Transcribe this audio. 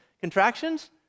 contractions